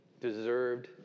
deserved